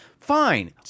fine